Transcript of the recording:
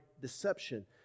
deception